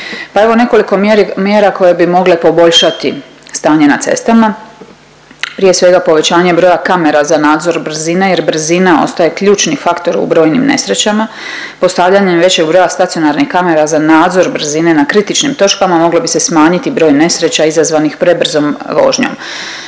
evo nekoliko mjera koje bi mogle poboljšati stanje na cestama. Prije svega povećanje broja kamera za nadzor brzine jer brzina ostaje ključni faktor u brojnim nesrećama. Postavljanjem većeg broja stacionarnih kamera za nadzor brzine na kritičnim točkama, moglo bi se smanjiti broj nesreća izazvanih prebrzom vožnjom.